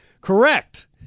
Correct